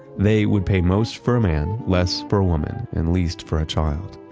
they would pay most for man, less for woman, and least for a child.